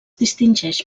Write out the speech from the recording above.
distingeix